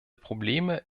probleme